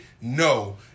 No